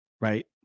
Right